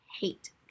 hate